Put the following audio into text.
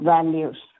Values